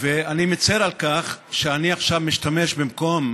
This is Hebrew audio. ואני מצר על כך שאני עכשיו משתמש, במקום